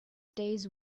days